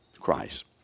Christ